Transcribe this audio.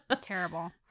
Terrible